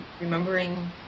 remembering